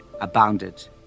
abounded